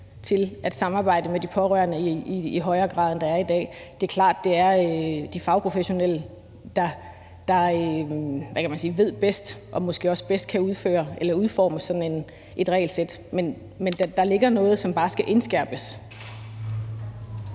til at samarbejde med de pårørende i højere grad, end man gør i dag. Det er klart, at det er de fagprofessionelle, der ved bedst og måske også bedst kan udforme sådan et regelsæt. Men der ligger noget, som det bare skal indskærpes